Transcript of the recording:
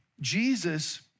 Jesus